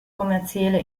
kommerzielle